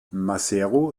maseru